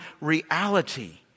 reality